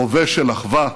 הווה של אחווה,